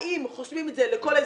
האם חוסמים את זה לכל האזרחים,